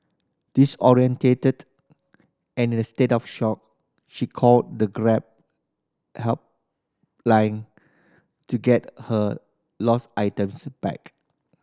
disoriented and in a state of shock she called the Grab helpline to get her lost items back